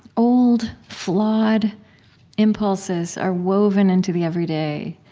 old, flawed impulses are woven into the everyday,